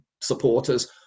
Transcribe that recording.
supporters